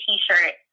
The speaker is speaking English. T-shirt